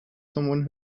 someone